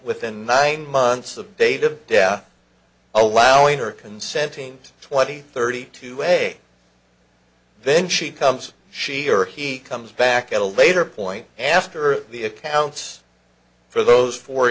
with a nine months of date of death allowing her consenting to twenty thirty two way then she comes she or he comes back at a later point after the accounts for those four